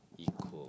equal